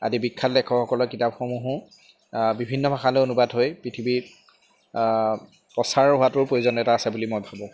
আদি বিখ্যাত লেখকসকলৰ কিতাপসমূহো বিভিন্ন ভাষালৈ অনুবাদ হৈ পৃথিৱীত প্ৰচাৰ হোৱাটোৰ প্ৰয়োজনীয়তা এটা আছে বুলি মই ভাবোঁ